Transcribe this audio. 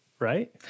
Right